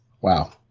wow